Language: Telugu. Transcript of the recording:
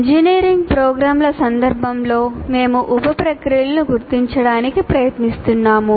ఇంజనీరింగ్ ప్రోగ్రామ్ల సందర్భంలో మేము ఉప ప్రక్రియలను గుర్తించడానికి ప్రయత్నిస్తున్నాము